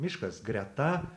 miškas greta